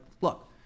look